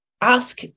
ask